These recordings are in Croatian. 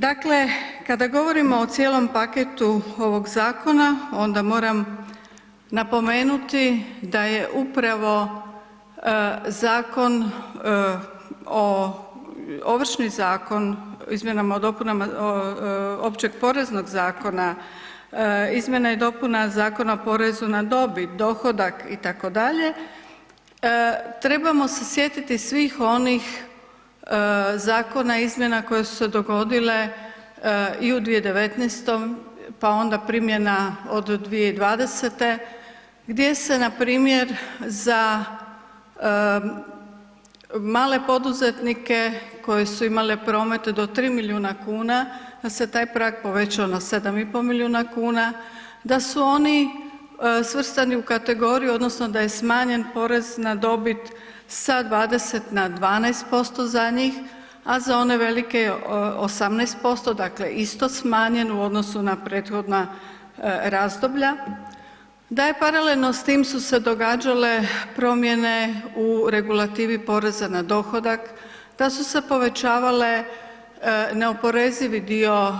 Dakle, kada govorimo o cijelom paketu ovog zakona onda moram napomenuti da je upravo zakon o, Ovršni zakon, izmjenama i dopunama Općeg poreznog zakona, izmjena i dopuna Zakona o porezu na dobit, dohodak itd., trebamo se sjetiti svih onih zakona i izmjena koje su se dogodile i u 2019., pa onda primjena od 2020. gdje se npr. za male poduzetnike koje su imale promet do 3 milijuna kuna da se taj prag povećao na 7,5 milijuna kuna, da su oni svrstani u kategoriju odnosno da je smanjen porez na dobit sa 20 na 12% za njih, a za one velike 18%, dakle isto smanjen u odnosu na prethodna razdoblja, da je paralelno s tim su se događale promjene u regulativi poreza na dohodak, da su se povećavale neoporezivi dio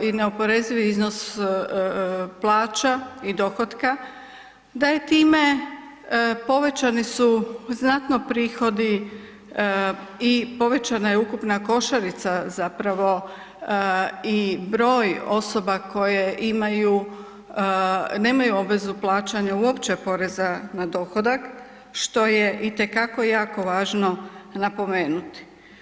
i neoporezivi iznos plaća i dohotka, da je time povećani su znatno prihodi i povećana je ukupna košarica zapravo i broj osoba koje imaju, nemaju obvezu plaćanja uopće poreza na dohodak što je itekako jako važno napomenuti.